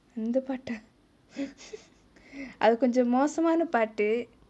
அந்த பாட்டா அது கொஞ்சோ மோசமான பாட்டு:antha paataa athu konjo mosamaane paatu